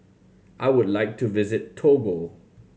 I would like to visit Togo